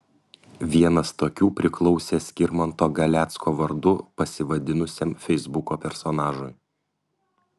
vienas tokių priklausė skirmanto galecko vardu pasivadinusiam feisbuko personažui